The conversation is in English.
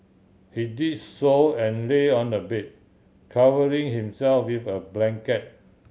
he did so and lay on the bed covering himself with a blanket